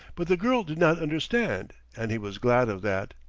but the girl did not understand and he was glad of that.